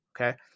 okay